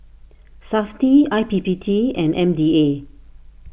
SAFTI I P P T and M D A